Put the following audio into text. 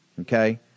Okay